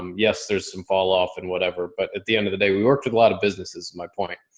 um yes, there's some fall off and whatever. but at the end of the day we worked with a lot of businesses. my point,